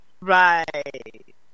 Right